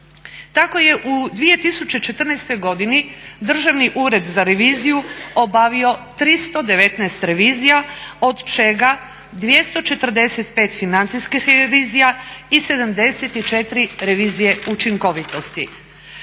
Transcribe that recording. Tako je u 2014. godini Državni ured za reviziju obavio 319 revizija od čega 245 financijskih revizija i 74 revizije učinkovitosti.